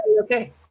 okay